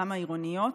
גם העירוניות.